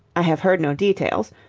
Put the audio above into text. i have heard no details.